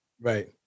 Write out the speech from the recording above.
Right